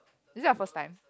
is it your first time